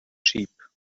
sheep